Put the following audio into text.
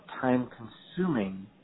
time-consuming